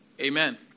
Amen